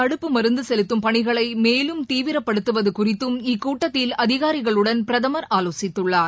தடுப்பு மருந்தசெலுத்தும் பனிகளைமேலும் தீவிரப்படுத்துவதுகுறித்தும் இக்கட்டத்தில் அதினரிகளுடன் பிரதமர் ஆலோசித்துள்ளார்